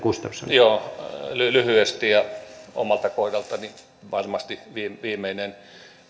joo lyhyesti ja omalta kohdaltani varmasti viimeinen